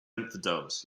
infidels